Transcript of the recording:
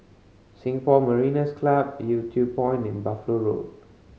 Singapore Mariners' Club Yew Tee Point and Buffalo Road